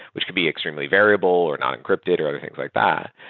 which can be extremely variable or not encrypted or other things like that.